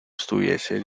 estuviese